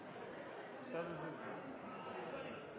dermed